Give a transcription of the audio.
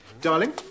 Darling